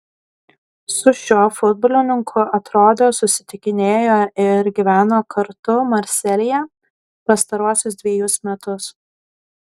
su šiuo futbolininku aktorė susitikinėjo ir gyveno kartu marselyje pastaruosius dvejus metus